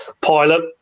pilot